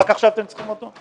רק עכשיו אתם צריכים אותו?